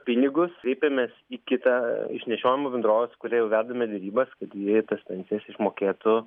pinigus kreipiamės į kitą išnešiojimo bendrovė su kuria jau vedame derybas kad ji tas pensijas išmokėtų